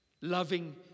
loving